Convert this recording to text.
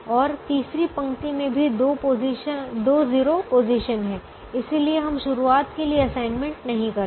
और तीसरी पंक्ति में भी दो 0 पोजीशन हैं और इसलिए हम शुरुआत के लिए असाइनमेंट नहीं करते